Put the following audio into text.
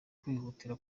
kwihutira